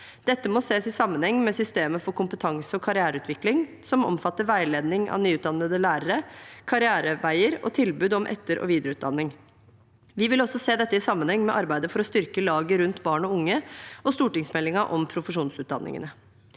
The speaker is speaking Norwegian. Dette må ses i sammenheng med systemet for kompetanse- og karriereutvikling, som omfatter veiledning av nyutdannede lærere, karriereveier og tilbud om etter- og videreutdanning. Vi vil også se dette i sammenheng med arbeidet for å styrke laget rundt barn og unge og stortingsmeldingen om profesjonsutdanningene.